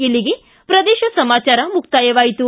ಇಲ್ಲಿಗೆ ಪ್ರದೇಶ ಸಮಾಚಾರ ಮುಕ್ತಾಯವಾಯಿತು